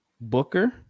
Booker